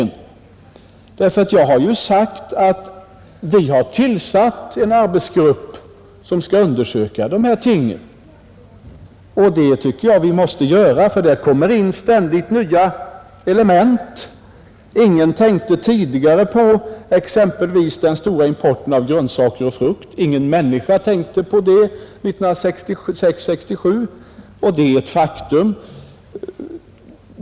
Jag har ju sagt att vi har tillsatt en arbetsgrupp som skall undersöka de här tingen. Det tycker jag vi måste göra, ty här kommer ständigt nya element in. Ingen tänkte tidigare på exempelvis den stora importen av grönsaker och frukt. Ingen människa tänkte på det 1966/67, och det är ett faktum.